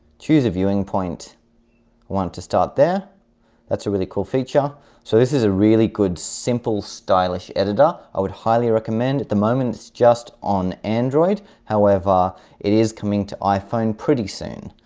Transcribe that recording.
choose a viewing point i want to start there that's a really cool feature so this is a really good simple stylish editor i would highly recommend at the moment it's just on android however it is coming to iphone pretty soon